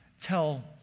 tell